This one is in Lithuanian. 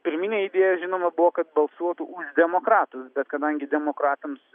pirminė idėja žinoma buvo kad balsuotų už demokratus bet kadangi demokratams